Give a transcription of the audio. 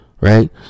Right